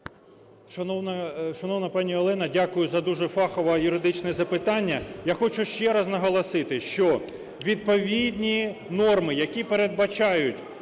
шановна пані Олена, дякую за дуже фахове юридичне запитання. Я хочу ще раз наголосити, що відповідні норми, які передбачають